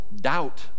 doubt